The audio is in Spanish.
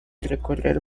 recorrer